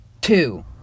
two